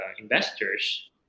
investors